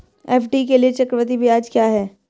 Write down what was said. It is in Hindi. एफ.डी के लिए चक्रवृद्धि ब्याज क्या है?